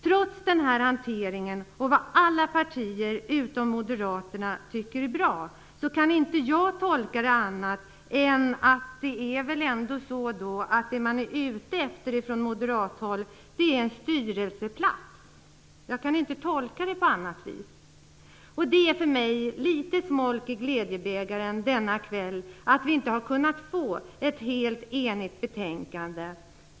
Trots den här hanteringen, som alla partier utom Moderaterna tycker är bra, kan jag inte tolka det på annat sätt än att det man är ute efter på moderat håll är en styrelseplats. Det är litet smolk i glädjebägaren för mig denna kväll att vi inte har kunnat få ett helt enigt betänkande.